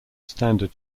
standard